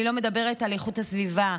אני לא מדברת על איכות הסביבה,